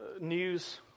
news